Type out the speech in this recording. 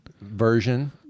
version